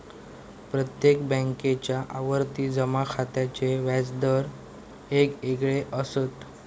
प्रत्येक बॅन्केच्या आवर्ती जमा खात्याचे व्याज दर येगयेगळे असत